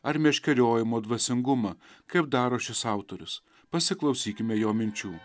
ar meškeriojimo dvasingumą kaip daro šis autorius pasiklausykime jo minčių